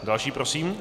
Další prosím.